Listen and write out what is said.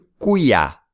cuya